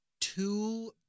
two